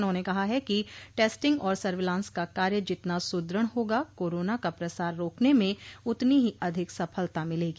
उन्होंने कहा है कि टेस्टिंग और सर्विलांस का कार्य जितना सद्रढ़ होगा कोरोना का प्रसार रोकने में उतनी ही अधिक सफलता मिलेगी